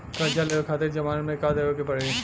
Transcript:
कर्जा लेवे खातिर जमानत मे का देवे के पड़ी?